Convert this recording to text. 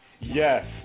Yes